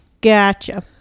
Gotcha